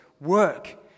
work